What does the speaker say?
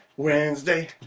wednesday